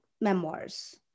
memoirs